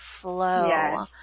flow